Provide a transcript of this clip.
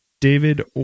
David